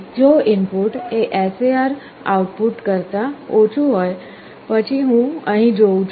જો input A SAR output કરતા ઓછું હોય પછી હું અહીં જઉં છું